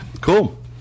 Cool